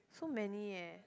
so many eh